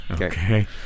Okay